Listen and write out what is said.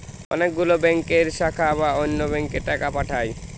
অনেক গুলো ব্যাংকের শাখা বা অন্য ব্যাংকে টাকা পাঠায়